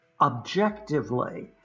objectively